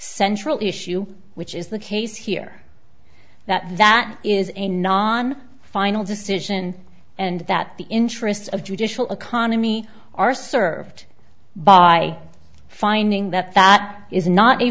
central issue which is the case here that that is a non final decision and that the interests of judicial economy are served by finding that that is not a